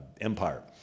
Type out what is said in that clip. empire